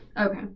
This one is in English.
Okay